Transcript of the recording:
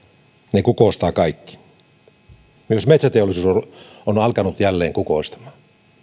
ne kukoistavat kaikki myös metsäteollisuus on alkanut jälleen kukoistamaan